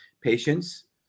Patients